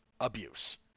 abuse